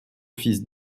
fils